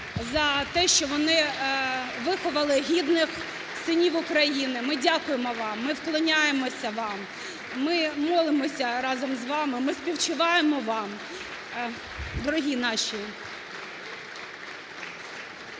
за те, що вони виховали гідних синів України. Ми дякуємо вам, ми вклоняємося вам, ми молимося разом з вами, ми співчуваємо вам, дорогі наші.